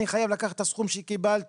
אני חייבת לקחת את הסכום שקיבלתי,